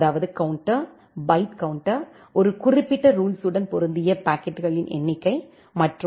அதாவது counter byte counter ஒரு குறிப்பிட்ட ரூல்ஸுயுடன் பொருந்திய பாக்கெட்டுகளின் எண்ணிக்கை மற்றும் பல